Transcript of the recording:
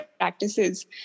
practices